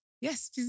Yes